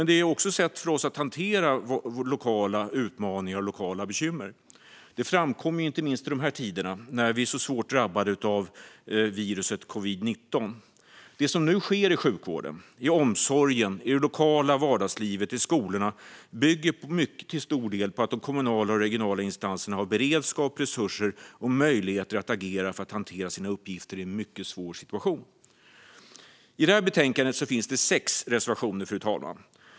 Det är också ett sätt för oss att hantera våra lokala utmaningar och bekymmer. Det framkommer inte minst i dessa tider, när vi är svårt drabbade av covid-19. Det som nu sker i sjukvården, omsorgen, det lokala vardagslivet och skolorna bygger till stor del på att de kommunala och regionala instanserna har beredskap, resurser och möjligheter att agera för att hantera sina uppgifter i en mycket svår situation. I betänkandet finns sex reservationer, fru talman.